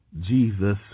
Jesus